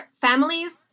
families